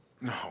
No